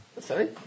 Sorry